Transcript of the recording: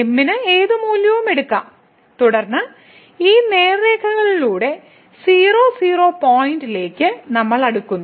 m ന് ഏത് മൂല്യവും എടുക്കാം തുടർന്ന് ഈ നേർരേഖകളിലൂടെ 00 പോയിന്റിലേക്ക് നമ്മൾ അടുക്കുന്നു